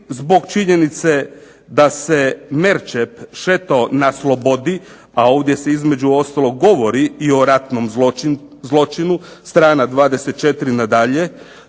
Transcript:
zbog činjenice da se Merčep šetao na slobodi, a ovdje se između ostalog govori i o ratnom zločinu, strana 24 nadalje,